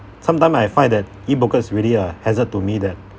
sometime I find that e-booklet is really a hazard to me that